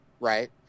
right